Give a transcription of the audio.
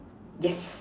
yes